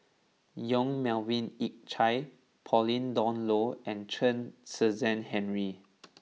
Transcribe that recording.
Yong Melvin Yik Chye Pauline Dawn Loh and Chen Kezhan Henri